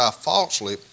falsely